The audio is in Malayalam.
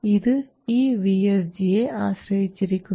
ഇത് ഈ vSG യെ ആശ്രയിച്ചിരിക്കുന്നു